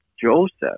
Joseph